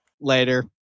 Later